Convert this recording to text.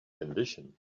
condition